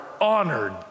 honored